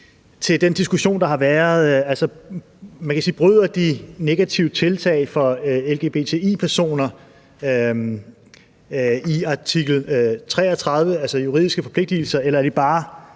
til den diskussion, der har været. Man kan sige, at bryder de negative tiltag for lgbti-personer artikel 33, altså juridiske forpligtelser, eller er de bare